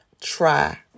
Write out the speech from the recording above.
try